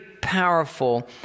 powerful